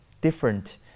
different